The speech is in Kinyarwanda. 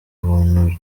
buntu